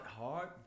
hard